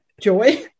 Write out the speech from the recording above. joy